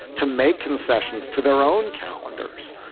to make concessions to their own calendars?